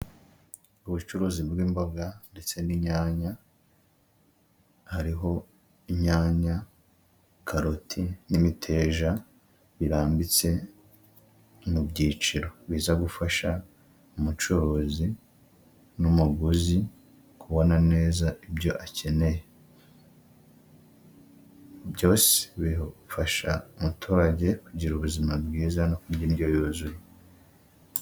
Ubucuruzi bw'imboga ndetse n'inyanya, hariho inyanya, karoti n'imiteja, birambitse mu byiciro biza gufasha umucuruzi n'umuguzi kubona neza ibyo akeneye. Byose bifasha umuturage kugira ubuzima bwiza no kurya indyo yuzuye.